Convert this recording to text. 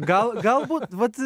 gal galbūt vat